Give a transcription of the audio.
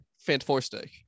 Fantastic